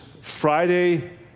Friday